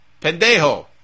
Pendejo